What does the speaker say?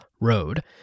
Road